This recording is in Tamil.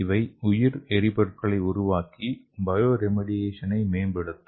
இவை உயிர் எரிபொருட்களை உருவாக்கி பயோ ரிமெடியேஷன் ஐ மேம்படுத்தும்